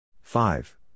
Five